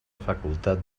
facultat